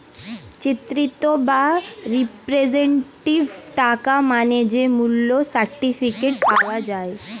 চিত্রিত বা রিপ্রেজেন্টেটিভ টাকা মানে যে মূল্য সার্টিফিকেট পাওয়া যায়